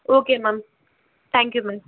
okay ma'am thank you ma'am